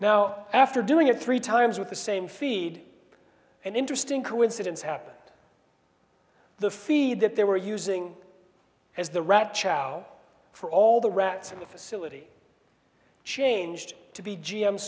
now after doing it three times with the same feed and interesting coincidence happened the feed that they were using as the rat chow for all the rats in the facility changed to be g